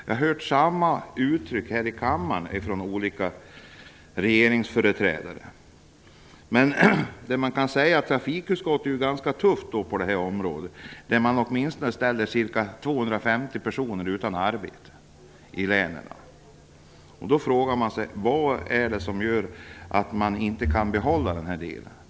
Jag har hört samma sak sägas här i kammaren från olika regeringsföreträdare. Trafikutskottet är ganska tufft på detta område, när man ställer minst ca 250 personer utan arbete i länen. Vad är det som gör att man inte kan behålla registerverksamheten?